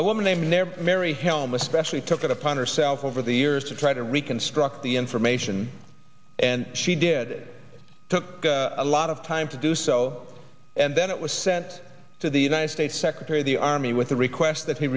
a woman named there mary helm especially took it upon herself over the years to try to reconstruct the information and she did it took a lot of time to do so and then it was sent to the united states secretary of the army with the request that